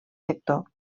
sector